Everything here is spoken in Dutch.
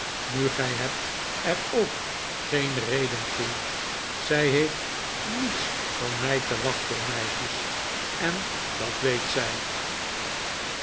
nu gij hebt er ook geen reden toe zij heeft niets van mij te wachten meisjes en dat weet zij